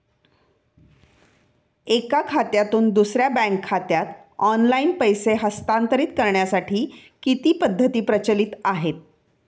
एका खात्यातून दुसऱ्या बँक खात्यात ऑनलाइन पैसे हस्तांतरित करण्यासाठी किती पद्धती प्रचलित आहेत?